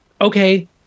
okay